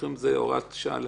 הוראת השעה.